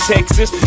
Texas